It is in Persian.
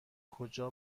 کجا